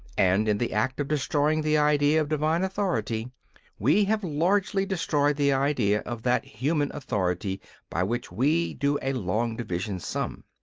and in the act of destroying the idea of divine authority we have largely destroyed the idea of that human authority by which we do a long-division sum.